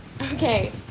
Okay